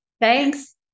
Thanks